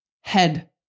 head